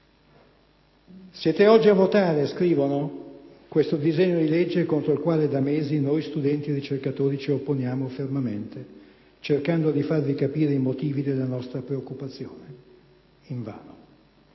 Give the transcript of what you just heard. «Siete oggi a votare» scrivono «questo disegno di legge contro il quale da mesi noi, studenti e ricercatori, ci opponiamo fermamente, cercando di farvi capire i motivi della nostra preoccupazione. Invano».